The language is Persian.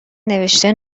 نوشته